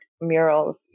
murals